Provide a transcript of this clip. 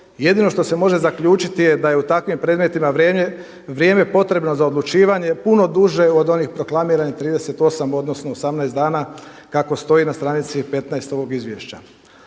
jedino što se može zaključiti je da je u takvim predmetima vrijeme potrebno za odlučivanje puno duže od onih proklamiranih 38, odnosno 18 dana kako stoji na stranici 15 ovog izvješća.